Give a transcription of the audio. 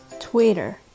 twitter